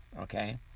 Okay